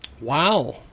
Wow